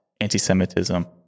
anti-Semitism